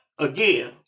Again